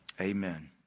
Amen